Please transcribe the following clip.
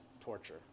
Torture